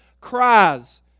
cries